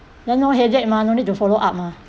then no headache mah no need to follow up mah